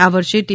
આ વર્ષે ટી